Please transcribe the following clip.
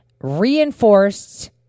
reinforced